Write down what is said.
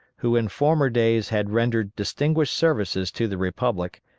who in former days had rendered distinguished services to the republic,